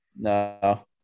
No